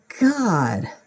God